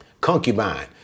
concubine